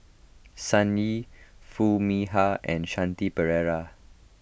Sun Yee Foo Mee Har and Shanti Pereira